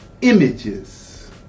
images